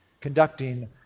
conducting